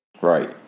Right